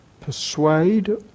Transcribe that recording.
persuade